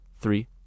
three